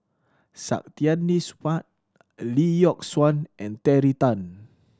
Saktiandi Supaat Lee Yock Suan and Terry Tan